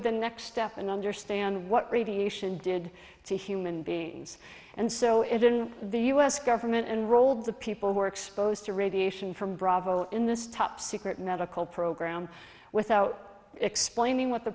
the next step and understand what radiation did to human beings and so it didn't the u s government enrolled the people who were exposed to radiation from bravo in this top secret medical program without explaining what the